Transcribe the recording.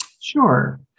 Sure